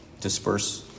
disperse